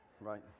right